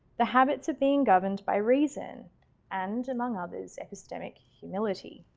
the habits are being governed by reason and among others epistemic humility